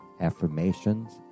affirmations